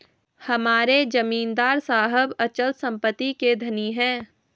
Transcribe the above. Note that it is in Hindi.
हमारे जमींदार साहब अचल संपत्ति के धनी हैं